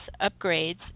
upgrades